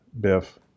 Biff